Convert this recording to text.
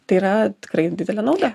tai yra tikrai didelė nauda